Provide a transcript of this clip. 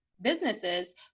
businesses